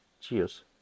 Cheers